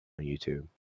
YouTube